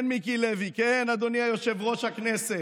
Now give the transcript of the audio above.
כן, מיקי לוי, כן, אדוני יושב-ראש הכנסת,